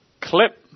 clip